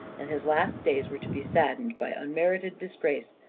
and his last days were to be saddened by unmerited disgrace,